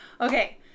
Okay